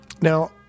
Now